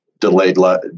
delayed